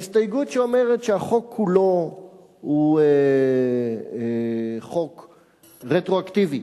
ההסתייגות שאומרת שהחוק כולו הוא חוק רטרואקטיבי.